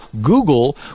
Google